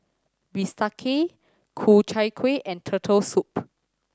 bistake Ku Chai Kueh and Turtle Soup